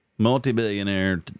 multi-billionaire